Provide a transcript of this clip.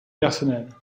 personnel